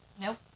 Nope